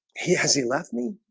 he has he left me.